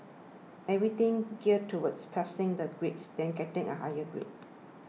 everything geared towards passing the grades then getting a higher grade